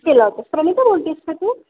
केला होता प्रमिता बोलत आहेस का तू